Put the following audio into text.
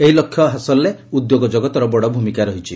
ଏହି ଲକ୍ଷ୍ୟ ହାସଲରେ ଉଦ୍ୟୋଗ ଜଗତର ବଡ଼ ଭୂମିକା ରହିଛି